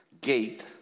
gate